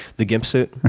the gimp suit?